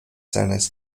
seines